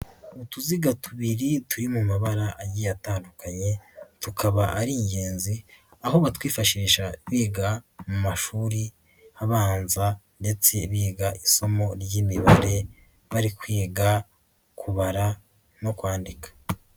Utuziga tubiri turi mu mabara a atandukanye tukaba ari ingenzi aho batwifashisha biga mu mashuri abanza ndetse biga isomo ry'imibare bari kwiga kubara no kwandika.